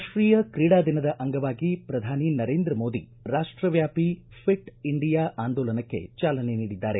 ರಾಷ್ಟೀಯ ಕ್ರೀಡಾ ದಿನದ ಅಂಗವಾಗಿ ಪ್ರಧಾನಿ ನರೇಂದ್ರ ಮೋದಿ ರಾಷ್ಟ ವ್ಯಾಪಿ ಫಿಟ್ ಇಂಡಿಯಾ ಆಂದೋಲನಕ್ಕೆ ಚಾಲನೆ ನೀಡಿದ್ದಾರೆ